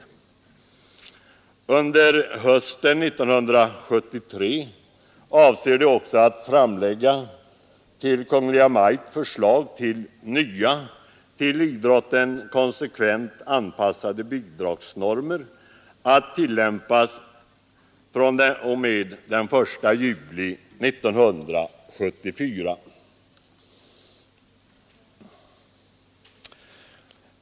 Under hösten 1973 avser RF också att till Kungl. Maj:t framlägga förslag till nya, till idrotten konsekvent anpassade bidragsnormer att tillämpas fr.o.m. den 1 juli 1974.